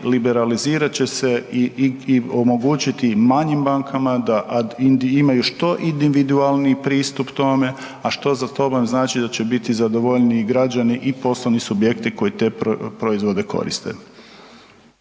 liberalizirat će se i omogućiti manjim bankama da imaju što individualniji pristup tome a što za .../Govornik se ne razumije./... znači da će biti zadovoljniji građani i poslovni subjekti koji te proizvode koriste.